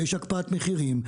ויש הקפאת מחירים,